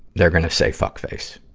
they're gonna say fuckface.